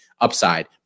upside